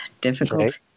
Difficult